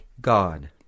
God